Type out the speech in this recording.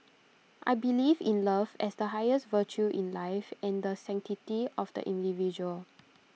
I believe in love as the highest virtue in life and the sanctity of the individual